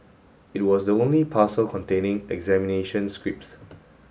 it was the only parcel containing examination scripts